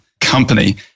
company